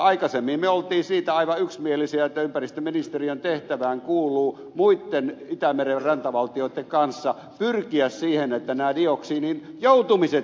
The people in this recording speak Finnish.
aikaisemmin me olimme siitä aivan yksimielisiä että ympäristöministeriön tehtävään kuuluu muitten itämeren rantavaltioitten kanssa pyrkiä siihen että nämä dioksiinin joutumiset mereen lopetettaisiin